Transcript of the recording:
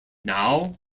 now